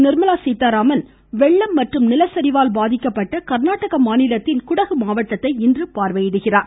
நிர்மலா சீத்தாராமன் வெள்ளம் மற்றும் நிலச்சரிவால் பாதிக்கப்பட்ட கா்நாடகாவின் குடகு மாவட்டத்தை இன்று பார்வையிடுகிறார்